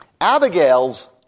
Abigail's